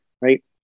right